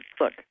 look